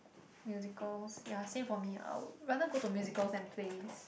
Musicals ya same for me I will rather go to musicals than plays